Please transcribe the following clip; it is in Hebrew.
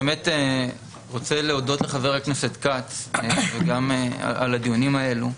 אני באמת רוצה להודות לחה"כ כץ על הדיונים האלו,